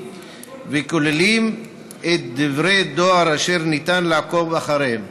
וכוללות את דברי הדואר אשר ניתן לעקוב אחריהם: